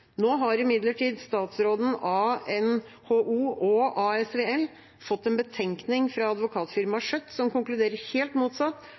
Nå har imidlertid statsråden av NHO og ASVL fått en betenkning fra Advokatfirmaet Schjødt, som konkluderer helt motsatt